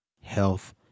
health